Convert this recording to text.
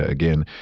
again,